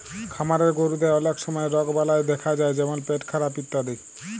খামারের গরুদের অলক সময় রগবালাই দ্যাখা যায় যেমল পেটখারাপ ইত্যাদি